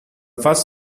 first